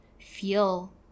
feel